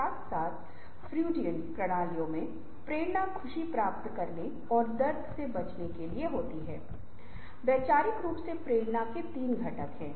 उत्पाद सेवाओं प्रक्रियाओं और प्रक्रियाओं के संदर्भ में और जब आप कार्यस्थल में रचनात्मकता के विचारों का उल्लेख करते हैं